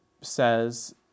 says